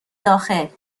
داخل